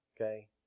Okay